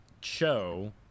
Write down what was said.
show